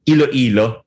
Ilo-ilo